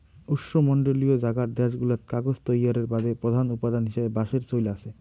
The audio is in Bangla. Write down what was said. উষ্ণমণ্ডলীয় জাগার দ্যাশগুলাত কাগজ তৈয়ারের বাদে প্রধান উপাদান হিসাবে বাঁশের চইল আচে